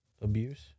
abuse